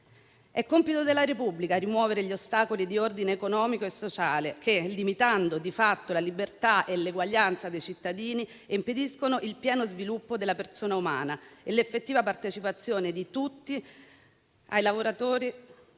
È compito della Repubblica rimuovere gli ostacoli di ordine economico e sociale, che, limitando di fatto la libertà e l'eguaglianza dei cittadini, impediscono il pieno sviluppo della persona umana e l'effettiva partecipazione di tutti i lavoratori